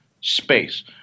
space